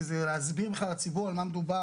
כי זה להסביר בכלל לציבור על מה מדובר,